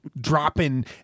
Dropping